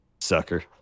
Sucker